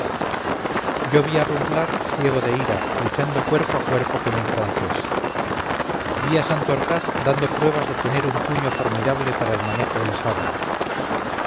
yo vi a rumblar ciego de ira luchando cuerpo a cuerpo con un francés vi a santorcaz dando pruebas de tener un puño formidable para el manejo del sable